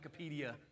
Wikipedia